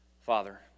Father